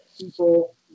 people